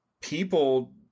people